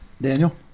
Daniel